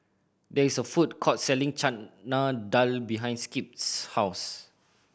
there is a food court selling Chana Dal behind Skip's house